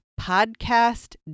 podcast